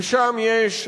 ושם יש,